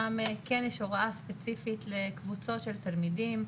שם כן יש הוראה ספציפית לקבוצות של תלמידים,